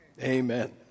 Amen